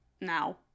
now